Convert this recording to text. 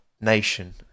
Nation